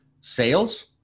sales